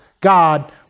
God